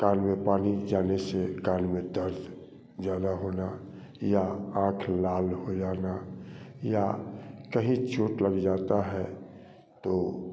कान में पानी जाने से कान में दर्द जाना होना या आँख लाल हो जाना या कहीं चोट लग जाता है तो